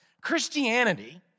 Christianity